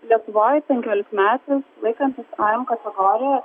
lietuvoj penkiolikmetis laikantis a em kategoriją